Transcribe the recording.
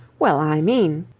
well, i mean.